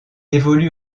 évolue